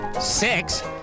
Six